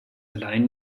allein